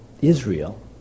Israel